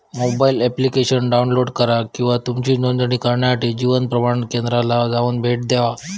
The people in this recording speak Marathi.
मोबाईल एप्लिकेशन डाउनलोड करा किंवा तुमची नोंदणी करण्यासाठी जीवन प्रमाण केंद्राला जाऊन भेट देवा